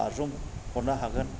बाज्रुमहरनो हागोन